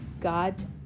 God